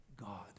God